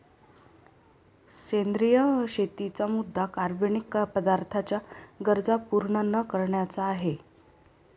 सेंद्रिय शेतीचा मुद्या कार्बनिक पदार्थांच्या गरजा पूर्ण न करण्याचा आहे